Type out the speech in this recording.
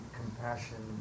compassion